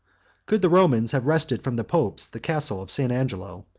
could the romans have wrested from the popes the castle of st. angelo,